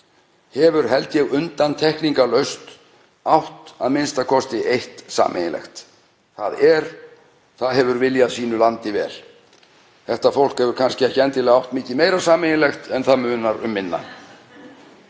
hefur, held ég, undantekningarlaust átt a.m.k. eitt sameiginlegt, það hefur viljað landi sínu vel. Þetta fólk hefur kannski ekki endilega átt mikið meira sameiginlegt en það munar um minna.